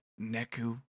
Neku